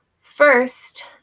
first